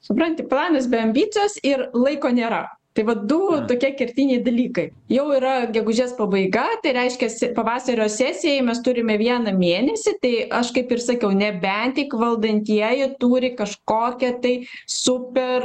supranti planas be ambicijos ir laiko nėra tai vat du tokie kertiniai dalykai jau yra gegužės pabaiga tai reiškiasi pavasario sesijai mes turime vieną mėnesį tai aš kaip ir sakiau nebent tik valdantieji turi kažkokią tai super